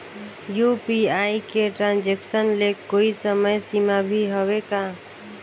UPI के transaction ले कोई समय सीमा भी हवे का?